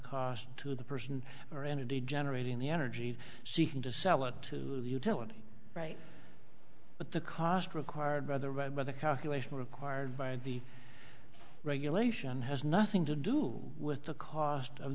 cost to the person or entity generating the energy seeking to sell it to you to work right but the cost required by the right by the calculation required by the regulation has nothing to do with the cost of